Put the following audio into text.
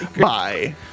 Bye